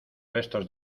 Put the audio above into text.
restos